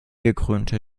gekrönte